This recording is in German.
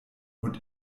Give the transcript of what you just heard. und